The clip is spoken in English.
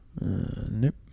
Nope